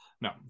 No